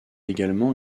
également